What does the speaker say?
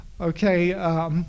Okay